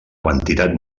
quantitat